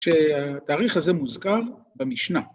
שהתאריך הזה מוזכר במשנה.